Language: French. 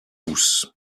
pouces